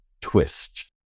twist